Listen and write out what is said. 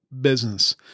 business